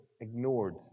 ignored